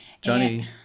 Johnny